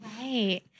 Right